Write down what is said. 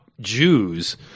Jews